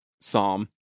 Psalm